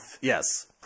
Yes